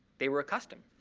they were a custom.